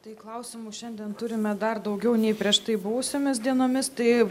tai klausimų šiandien turime dar daugiau nei prieš tai buvusiomis dienomis tai